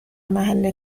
محل